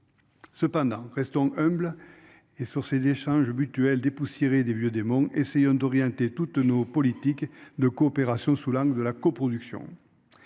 Cependant restons humbles et sur ces l'échange mutuel dépoussiéré des vieux démons. Essayons d'orienter toutes nos politiques de coopération sous l'Arc de la coproduction.